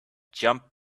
jump